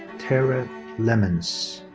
tara lemens.